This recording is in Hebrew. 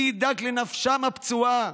מי ידאג לנפשם הפצועה?